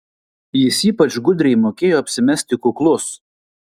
jis ypač gudriai mokėjo apsimesti kuklus